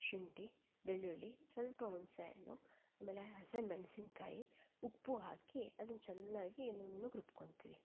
ಶುಂಠಿ ಬೆಳ್ಳುಳ್ಳಿ ಸ್ವಲ್ಪ ಹುಣಸೇ ಹಣ್ಣು ಆಮೇಲೆ ಹಸಿಮೆಣಸಿನಕಾಯಿ ಉಪ್ಪು ಹಾಕಿ ಅದನ್ನು ಚೆನ್ನಾಗಿ ನುಣ್ಣಗೆ ರುಬ್ಕೊಂತೀವಿ